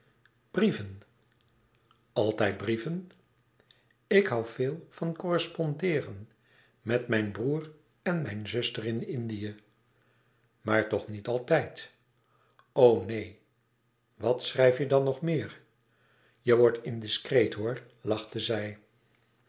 altijd brieven ik hoû heel veel van correspondeeren met mijn broêr en mijn zuster in indië maar toch niet altijd o neen wat schrijf je dan nog meer je wordt indiscreet hoor lachte zij